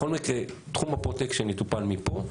בכל מקרה, תחום הפרוטקשן יטופל מפה.